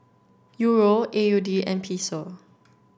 Euro A U D and Peso